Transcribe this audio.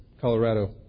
Colorado